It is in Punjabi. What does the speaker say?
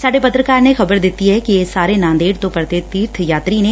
ਸਾਡੇ ਪੱਤਰਕਾਰ ਨੇ ਖ਼ਬਰ ਦਿੱਤੀ ਐ ਕਿ ਇਹ ਸਾਰੇ ਨਾਂਦੇੜ ਤੋ ਪਰਤੇ ਤੀਰਥ ਯਾਤਰੀ ਨੇ